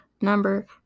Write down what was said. number